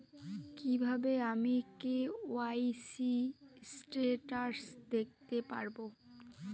কিভাবে আমি KYC status দেখতে পারবো?